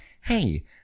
hey